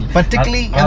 Particularly